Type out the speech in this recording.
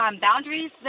boundaries